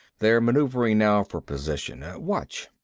they're maneuvering now, for position. watch.